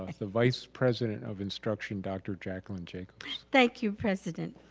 the vice president of instruction, dr. jacqueline jacobs. thank you, president